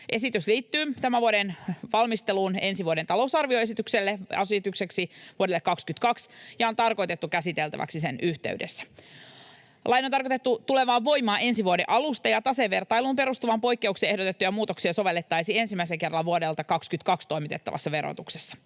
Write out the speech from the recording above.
Esitys liittyy tämän vuoden valmisteluun ensi vuoden talousarvioesitykseksi vuodelle 22 ja on tarkoitettu käsiteltäväksi sen yhteydessä. Laki on tarkoitettu tulemaan voimaan ensi vuoden alusta, ja tasevertailuun perustuvaan poikkeukseen ehdotettuja muutoksia sovellettaisiin ensimmäisen kerran vuodelta 22 toimitettavassa verotuksessa.